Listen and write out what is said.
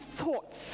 thoughts